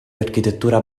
architettura